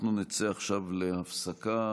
אנחנו נצא עכשיו להפסקה.